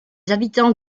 habitants